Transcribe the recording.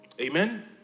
Amen